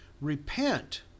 repent